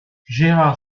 gérard